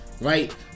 right